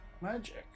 magic